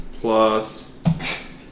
Plus